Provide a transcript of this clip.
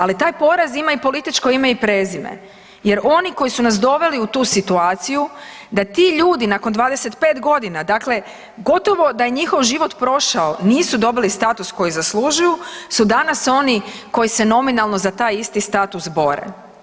Ali taj poraz ima i političko ime i prezime, jer oni koji su nas doveli u tu situaciju da ti ljudi nakon 25 godina, dakle gotovo da je njihov život prošao nisu dobili status koji zaslužuju su danas oni koji se nominalno za taj isti status bore.